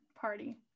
party